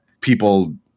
people